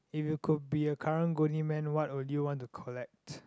if you could be a Karang-Guni Man what would you want to collect